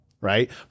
Right